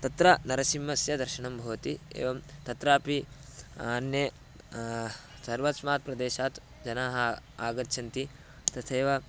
तत्र नरसिंहस्य दर्शनं भवति एवं तत्रापि अन्ये सर्वस्मात् प्रदेशात् जनाः आगच्छन्ति तथैव